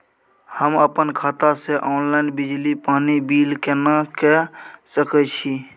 हम अपन खाता से ऑनलाइन बिजली पानी बिल केना के सकै छी?